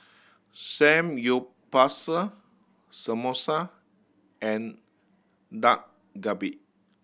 Samgyeopsal Samosa and Dak Galbi